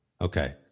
Okay